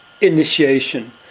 initiation